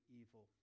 evil